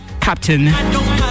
captain